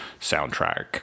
soundtrack